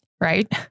Right